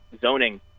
zoning